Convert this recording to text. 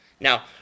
Now